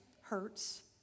hurts